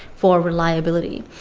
for reliability,